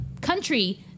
country